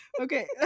Okay